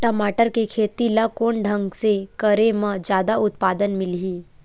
टमाटर के खेती ला कोन ढंग से करे म जादा उत्पादन मिलही?